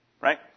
Right